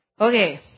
Okay